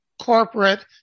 corporate